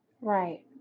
Right